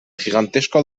gigantesco